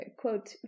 quote